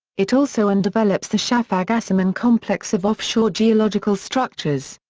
it also and develops the shafag-asiman complex of offshore geological structures.